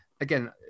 again